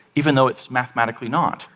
even though it's mathematically not.